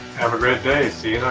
have a great day, see